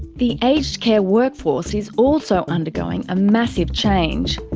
the aged care workforce is also undergoing a massive change.